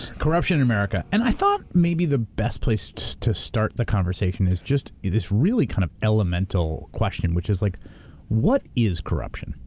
corruption in america. and i thought maybe the best place to to start the conversation is just this really kind of elemental question which is like what is corruption,